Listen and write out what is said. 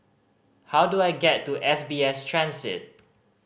how do I get to S B S Transit